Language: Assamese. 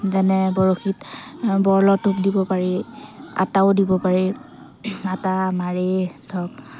যেনে বৰশীত বৰলৰ টোপ দিব পাৰি আটাও দিব পাৰি আটা মাৰি ধৰক